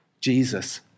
Jesus